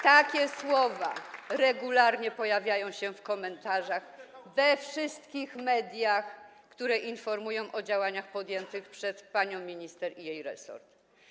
Takie słowa regularnie pojawiają się w komentarzach we wszystkich mediach, które informują o działaniach podjętych przez panią minister i jej resort.